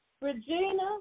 Regina